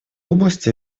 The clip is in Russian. области